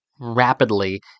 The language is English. rapidly